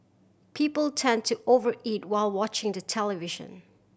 people tend to over eat while watching the television